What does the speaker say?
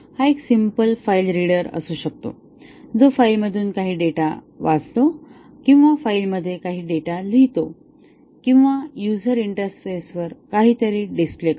हा एक simple file reader असू शकतो जो फाईलमधून काही डेटा वाचतो किंवा फाईलमध्ये काही डेटा लिहितो किंवा यूजर इंटरफेसवर काहीतरी डिस्प्ले करतो